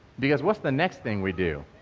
because what the next thing we do?